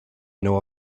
know